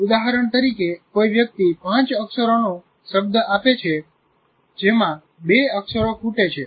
ઉદાહરણ તરીકે કોઈ વ્યક્તિ પાંચ અક્ષરોનો શબ્દ આપે છે જેમાં બે અક્ષરો ખૂટે છે